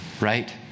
right